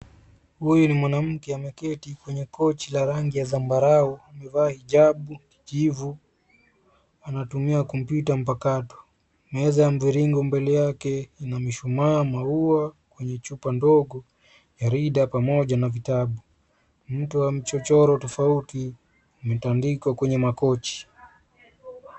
Huyo ni mwanamke ameketi kwenye kochi la rangi ya zambarau, amevaa hijabu na kichivu, na anatumia kompyuta mpakato. Meza ya mviringo iliyo mbele yake ina mishumaa. Watu wa mchochoro tofauti wameketi kwenye makochi.